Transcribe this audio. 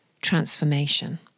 transformation